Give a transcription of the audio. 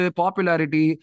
popularity